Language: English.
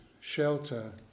shelter